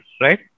right